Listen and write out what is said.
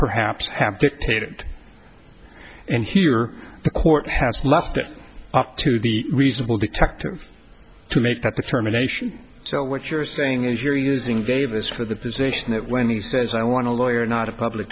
perhaps have dictated and here the court has left it up to the reasonable detective to make that determination so what you're saying is you're using gave us for the position that when he says i want a lawyer not a public